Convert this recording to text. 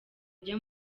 ajya